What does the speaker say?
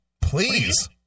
Please